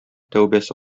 тәүбәсе